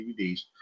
DVDs